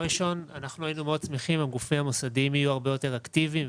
אנחנו היינו מאוד שמחים אם הגופים המוסדיים יהיו הרבה יותר אקטיביים,